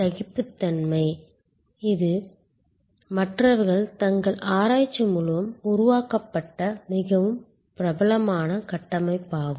சகிப்புத்தன்மை இது zeithaml மற்றவர்கள் தங்கள் ஆராய்ச்சி மூலம் உருவாக்கப்பட்ட மிகவும் பிரபலமான கட்டமைப்பாகும்